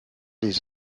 des